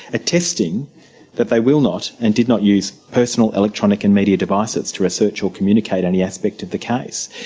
attesting that they will not and did not use personal electronic and media devices to research or communicate any aspect of the case.